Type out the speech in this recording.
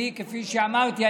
כפי שאמרתי,